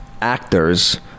actors